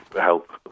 help